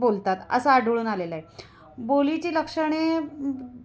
बोलतात असं आढळून आलेलं आहे बोलीची लक्षणे